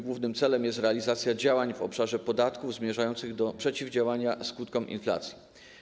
Głównym celem zaś jest realizacja działań w obszarze podatków zmierzających do przeciwdziałania skutkom inflacji.